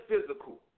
physical